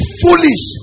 foolish